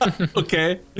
Okay